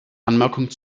anmerkung